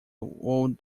old